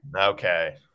Okay